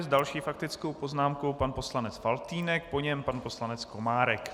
S další faktickou poznámkou pan poslanec Faltýnek, po něm pan poslanec Komárek.